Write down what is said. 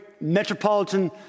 metropolitan